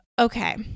Okay